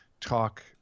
talk